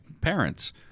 parents